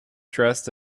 dressed